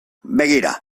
begira